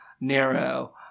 narrow